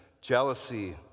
jealousy